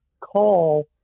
call